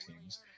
teams